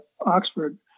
Oxford